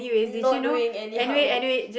not doing any hard work